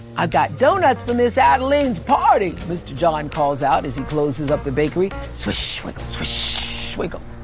i've got doughnuts for miz adeline's party, mr. john calls out as he closes up the bakery. swish, swiggle, swish, swiggle.